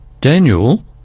Daniel